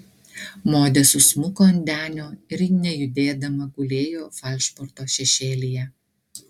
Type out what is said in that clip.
modė susmuko ant denio ir nejudėdama gulėjo falšborto šešėlyje